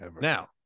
Now